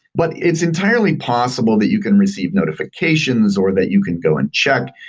but it's entirely possible that you can receive notifications or that you can go and check.